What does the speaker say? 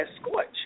scorch